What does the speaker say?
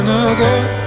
again